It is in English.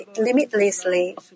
limitlessly